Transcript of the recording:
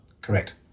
Correct